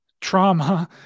trauma